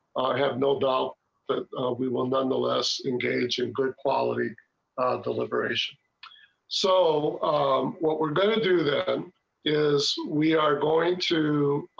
have no doubt that we will nonetheless engage in group quality of the livers so what we're going to do that is we are going to